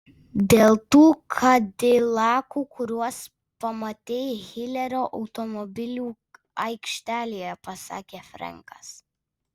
dėl tų kadilakų kuriuos pamatei hilerio automobilių aikštelėje pasakė frenkas